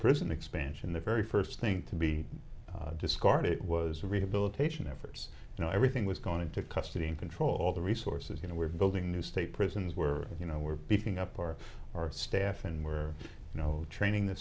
prison expansion the very first thing to be discarded it was rehabilitated efforts you know everything was going into custody and control all the resources you know we're building new state prisons where you know we're picking up our staff and where you know training the